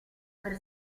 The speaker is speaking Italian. per